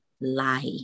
lie